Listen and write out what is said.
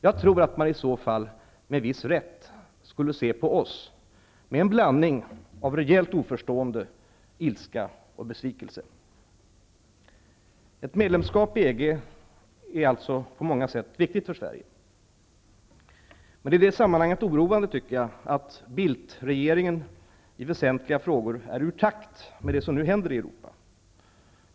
Jag tror att man i så fall, med viss rätt, skulle se på oss med en blandning av rejält oförstående, ilska och besvikelse. Ett medlemskap i EG är på många sätt viktigt för Sverige. Det är i det sammanhanget oroande att Bildt-regeringen i väsentliga frågor är ur takt med det som nu händer i Europa.